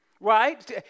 right